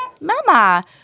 Mama